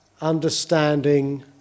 understanding